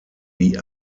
die